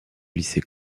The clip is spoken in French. lycée